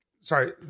sorry